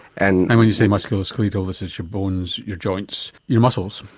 and and when you say musculoskeletal, this is your bones, your joints, your muscles.